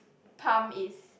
pump is